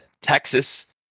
texas